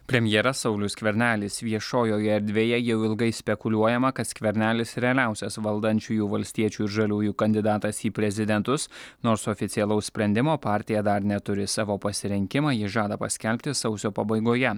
premjeras saulius skvernelis viešojoje erdvėje jau ilgai spekuliuojama kad skvernelis realiausias valdančiųjų valstiečių ir žaliųjų kandidatas į prezidentus nors oficialaus sprendimo partija dar neturi savo pasirenkimą jie žada paskelbti sausio pabaigoje